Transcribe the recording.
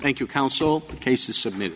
thank you council cases submit